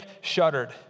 shuddered